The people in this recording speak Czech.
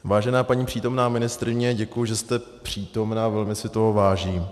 Vážená paní přítomná ministryně, děkuji, že jste přítomna, velmi si toho vážím.